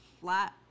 flat